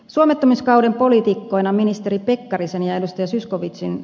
suomettumiskauden poliitikkoina ministeri pekkarisen ja ed